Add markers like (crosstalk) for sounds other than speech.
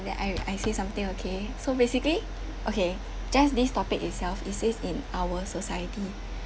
that I (noise) I say something okay so basically okay just this topic itself it says in our society